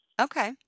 Okay